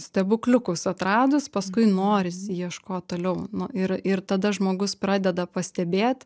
stebukliukus atradus paskui norisi ieškot toliau nu ir ir tada žmogus pradeda pastebėt